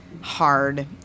hard